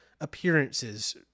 appearances